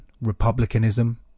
republicanism